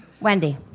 Wendy